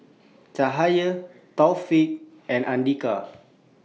Cahaya Taufik and Andika